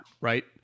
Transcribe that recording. right